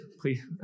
please